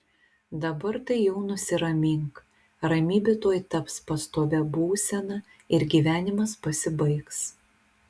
dabar tai jau nusiramink ramybė tuoj taps pastovia būsena ir gyvenimas pasibaigs